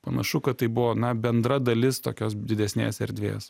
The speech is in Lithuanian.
panašu kad tai buvo na bendra dalis tokios didesnės erdvės